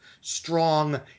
strong